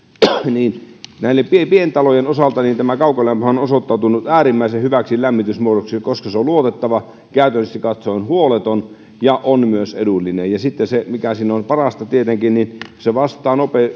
kerrostalot ovat kaukolämmön piirissä pientalojen osaltahan tämä kaukolämpö on on osoittautunut äärimmäisen hyväksi lämmitysmuodoksi koska se on luotettava käytännöllisesti katsoen huoleton ja myös edullinen ja mikä siinä on tietenkin parasta se vastaa